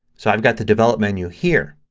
so i've got the develop menu here.